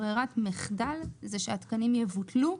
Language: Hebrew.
ברירת המחדל שהתקנים יבוטלו,